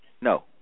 No